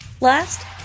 Last